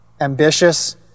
ambitious